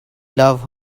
love